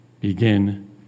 Begin